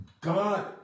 God